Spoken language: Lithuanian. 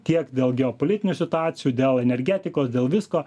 tiek dėl geopolitinių situacijų dėl energetikos dėl visko